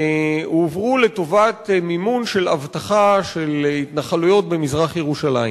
לטובת מימון אבטחה של התנחלויות במזרח-ירושלים.